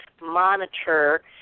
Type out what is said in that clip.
monitor